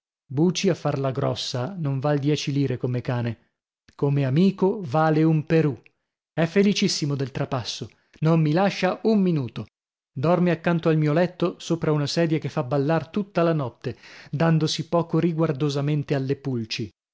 buci a farla grossa non val dieci lire come cane come amico vale un perù è felicissimo del trapasso non mi lascia un minuto dorme accanto al mio letto sopra una sedia che fa ballar tutta la notte dandosi poco riguardosamente alle pulci